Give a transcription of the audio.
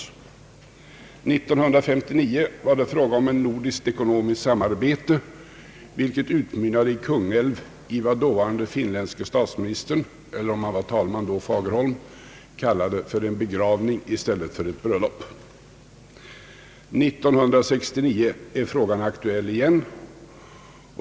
1959 var det fråga om ett nordiskt ekonomiskt samarbete, vilket i Kungälv utmynnade i vad dåvarande finländske talmannen Fagerholm kallade för en begravning i stället för ett bröllop. 1969 är frågan aktuell igen.